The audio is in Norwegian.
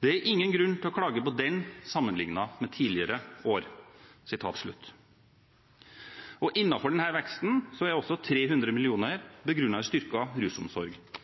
Det er ingen grunn til å klage på den sammenliknet med tidligere år.» Innenfor denne veksten er også 300 mill. kr begrunnet i styrket rusomsorg.